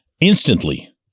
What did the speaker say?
instantly